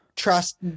Trust